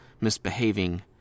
misbehaving